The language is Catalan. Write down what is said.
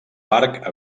parc